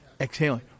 exhaling